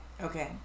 Okay